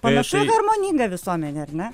panašu į harmoningą visuomenę ar ne